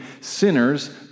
sinners